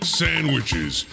sandwiches